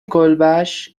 کلبش